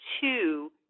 two